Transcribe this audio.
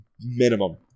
Minimum